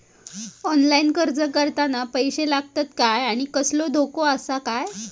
Online अर्ज करताना पैशे लागतत काय आनी कसलो धोको आसा काय?